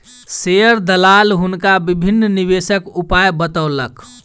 share दलाल हुनका विभिन्न निवेशक उपाय बतौलक